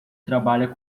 trabalha